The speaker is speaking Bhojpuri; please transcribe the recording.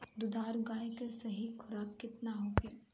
दुधारू गाय के सही खुराक केतना होखे?